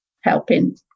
helping